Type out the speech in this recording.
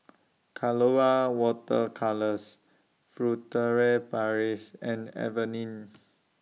Colora Water Colours Furtere Paris and Avene